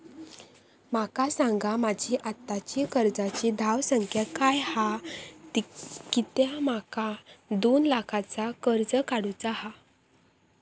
माका सांगा माझी आत्ताची कर्जाची धावसंख्या काय हा कित्या माका दोन लाखाचा कर्ज काढू चा हा?